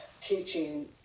teaching